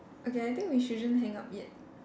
okay I think we shouldn't hang up yet